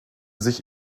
sich